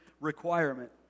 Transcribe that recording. requirement